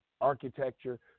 architecture